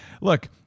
look